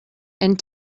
and